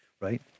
Right